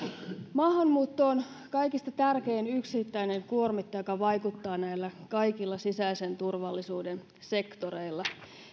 maahanmuutto on kaikista tärkein yksittäinen kuormittaja joka vaikuttaa näillä kaikilla sisäisen turvallisuuden sektoreilla